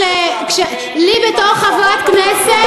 אני עושה מה שהיושב-ראש אומר.